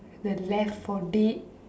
the left-for-dead